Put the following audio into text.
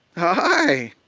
hi.